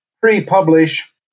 pre-publish